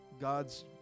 God's